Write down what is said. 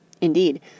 Indeed